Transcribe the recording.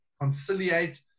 conciliate